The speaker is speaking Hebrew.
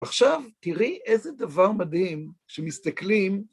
עכשיו תראי איזה דבר מדהים שמסתכלים...